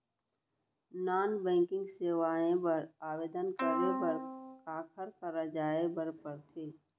non banking सेवाएं बर आवेदन करे बर काखर करा जाए बर परथे